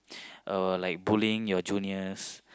or like bullying your juniors